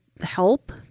help